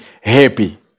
happy